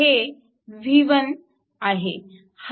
हे v1 आहे